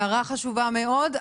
הערה חשובה מאוד.